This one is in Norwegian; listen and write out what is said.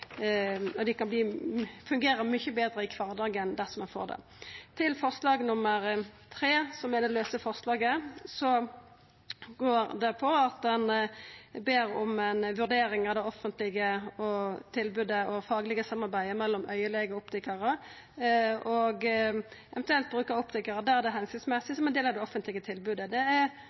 Forslag nr. 3, som er det lause forslaget, går på at ein ber om ei vurdering av det offentlege tilbodet og faglege samarbeidet mellom augelegar og optikarar, og eventuelt bruk av optikarar der det er hensiktsmessig som ein del av det offentlege tilbodet. Det er